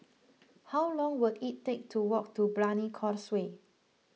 how long will it take to walk to Brani Causeway